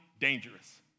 dangerous